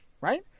Right